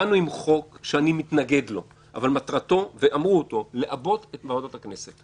באנו עם חוק שאני מתנגד לו אבל מטרתו לעבות את ועדות הכנסת.